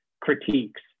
critiques